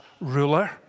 ruler